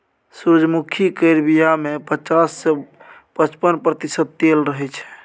सूरजमुखी केर बीया मे पचास सँ पचपन प्रतिशत तेल रहय छै